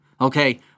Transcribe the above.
Okay